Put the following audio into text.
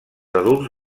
adults